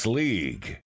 league